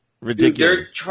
Ridiculous